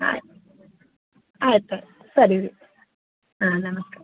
ಆಯ್ತ್ ಆಯ್ತು ಸರಿ ರಿ ಹಾಂ ನಮಸ್ತೆ